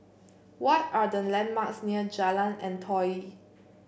what are the landmarks near Jalan Antoi